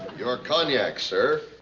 your cognac, sir.